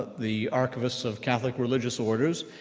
the archivists of catholic religious orders,